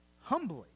humbly